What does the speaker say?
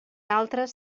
altres